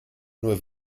nur